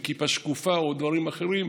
עם כיפה שקופה או דברים אחרים,